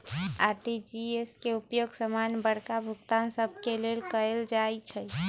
RTGS के उपयोग समान्य बड़का भुगतान सभ के लेल कएल जाइ छइ